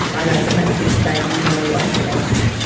i don't like this day, i'm going to wipe it out',